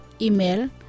Email